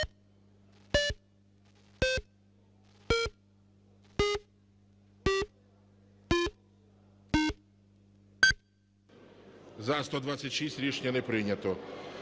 За-126 Рішення не прийнято.